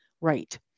Right